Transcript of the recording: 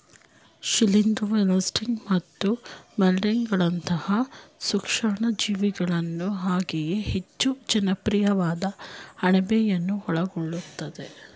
ಶಿಲೀಂಧ್ರವು ಯೀಸ್ಟ್ಗಳು ಮತ್ತು ಮೊಲ್ಡ್ಗಳಂತಹ ಸೂಕ್ಷಾಣುಜೀವಿಗಳು ಹಾಗೆಯೇ ಹೆಚ್ಚು ಜನಪ್ರಿಯವಾದ ಅಣಬೆಯನ್ನು ಒಳಗೊಳ್ಳುತ್ತದೆ